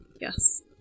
Yes